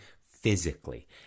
physically